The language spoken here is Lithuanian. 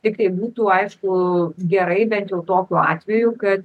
tiktai būtų aišku gerai bent jau tokiu atveju kad